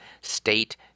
state